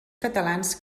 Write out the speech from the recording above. catalans